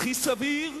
הכי סביר,